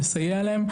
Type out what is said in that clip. לסייע להם,